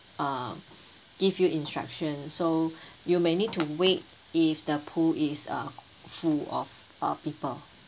um give you instruction so you may need to wait if the pool is uh full of uh people